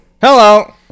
Hello